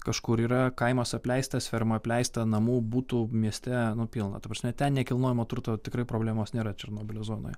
kažkur yra kaimas apleistas ferma apleista namų butų mieste pilna ta prasme ten nekilnojamo turto tikrai problemos nėra černobylio zonoje